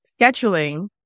scheduling